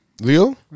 Leo